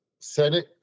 Senate